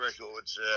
records